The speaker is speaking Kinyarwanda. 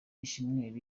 ishimwe